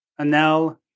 Anel